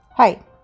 Hi